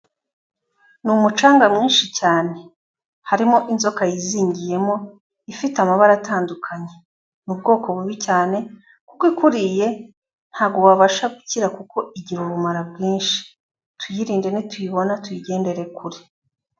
Ni umucanga mwinshi cyane, harimo inzoka yizingiyemo ifite amabara atandukanye, ni ubwoko bubi cyane kuko ikuriye ntago wabasha gukira kuko igira ubumara bwinshi, tuyirinde nituyibona tuyigendere kure.